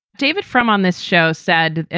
david frum on this show said,